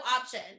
option